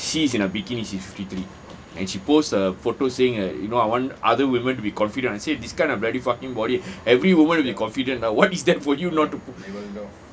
she is in a bikini she's fifty three and she post a photo saying uh you know I want other women to be confident I say this kind of bloody fucking body body every woman will be confident lah what is that for you not to p~